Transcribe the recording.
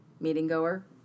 meeting-goer